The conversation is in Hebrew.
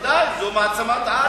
בוודאי, זו מעצמת-על.